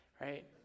Right